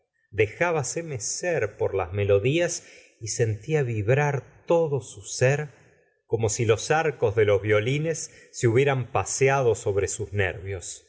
dejábase mecer por las melodías y sentía vibrar todo su sér omo si los arcos de los violines se hubieran paseado sobre sus nervios